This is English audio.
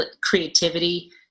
creativity